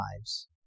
lives